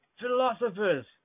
philosophers